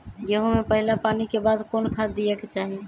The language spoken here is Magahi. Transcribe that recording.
गेंहू में पहिला पानी के बाद कौन खाद दिया के चाही?